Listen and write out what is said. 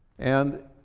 and,